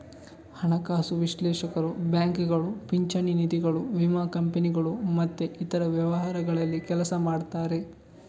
ಹಣಕಾಸು ವಿಶ್ಲೇಷಕರು ಬ್ಯಾಂಕುಗಳು, ಪಿಂಚಣಿ ನಿಧಿಗಳು, ವಿಮಾ ಕಂಪನಿಗಳು ಮತ್ತೆ ಇತರ ವ್ಯವಹಾರಗಳಲ್ಲಿ ಕೆಲಸ ಮಾಡ್ತಾರೆ